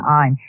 on